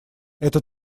это